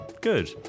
Good